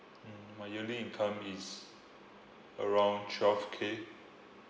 mm my yearly income is around twelve K